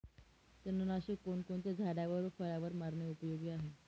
तणनाशक कोणकोणत्या झाडावर व फळावर मारणे उपयोगी आहे?